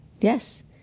Yes